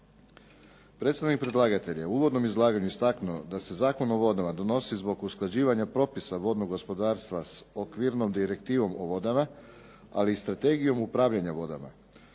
Predstavnik predlagatelja u uvodnom izlaganju je istaknuo da se Zakon o vodama donosi zbog usklađivanja propisa vodnog gospodarstva s okvirnom Direktivom o vodama, ali i Strategijom upravljanja vodama.